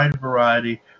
variety